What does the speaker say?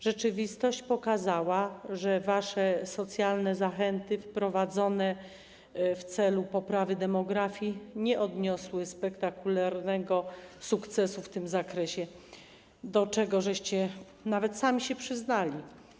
Rzeczywistość pokazała, że wasze socjalne zachęty wprowadzone w celu poprawy demografii nie odniosły spektakularnego sukcesu w tym zakresie, do czego nawet sami się przyznaliście.